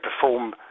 perform